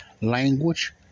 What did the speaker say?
language